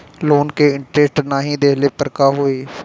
Loan के interest नाही देहले पर का होई?